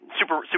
super